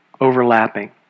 overlapping